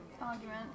Argument